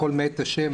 הכל מאת השם,